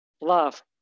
love